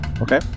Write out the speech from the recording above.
Okay